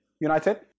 United